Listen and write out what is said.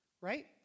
Right